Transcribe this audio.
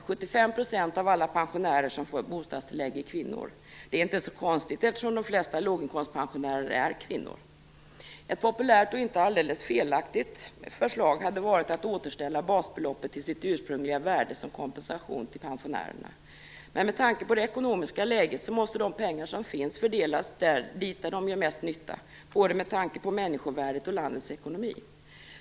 75 % av alla pensionärer som får bostadstillägg är kvinnor. Det är inte så konstigt, eftersom de flesta låginkomstpensionärerna är kvinnor. Ett populärt och inte alldeles felaktigt förslag hade varit att återställa basbeloppet till sitt ursprungliga värde som kompensation till pensionärerna. Med tanke på det ekonomiska läget måste de pengar som finns fördelas dit där de gör mest nytta - både med tanke på människovärdet och landets ekonomi.